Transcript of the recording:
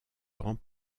grands